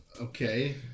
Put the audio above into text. Okay